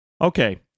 Okay